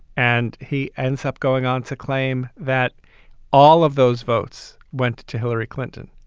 and he ends up going on to claim that all of those votes went to hillary clinton.